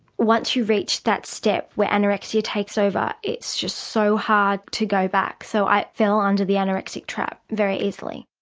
once you reach that stage where anorexia takes over it's just so hard to go back, so i fell under the anorexic trap very easily.